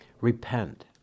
Repent